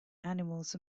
animals